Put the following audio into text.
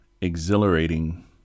exhilarating